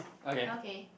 okay